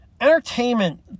entertainment